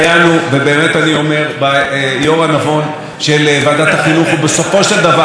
ובסופו של דבר הצלחנו למנוע את השליטה הפוליטית במאגר הלקטורים.